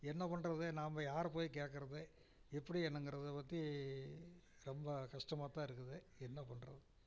என்ன பண்ணுறது நாம் யாரைப் போய் கேக்கிறது எப்படி என்னங்கிறத பற்றி ரொம்ப கஷ்டமாகத் தான் இருக்குது என்ன பண்ணுறது